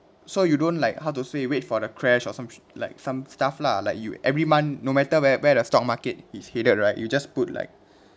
so you don't like how to say you wait for the crash or something like some stuff lah like you every month no matter where where the stock market is headed right you just put like